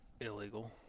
illegal